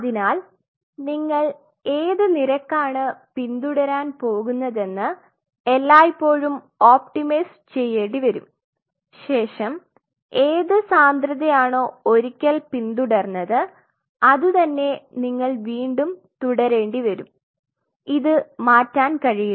അതിനാൽ നിങ്ങൾ ഏത് നിരക്കാണ് പിന്തുടരാൻ പോകുന്നതെന്ന് എല്ലായ്പ്പോഴും ഒപ്റ്റിമൈസ് ചെയ്യേണ്ടിവരും ശേഷം ഏതു സാന്ദ്രതയാണോ ഒരിക്കൽ പിന്തുടർന്നത് അതുതന്നെ നിങ്ങൾ വീണ്ടും തുടരേണ്ടിവരുംഇത് മാറ്റാൻ കഴിയില്ല